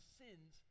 sins